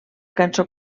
cançó